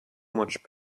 much